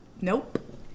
Nope